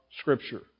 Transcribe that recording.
Scripture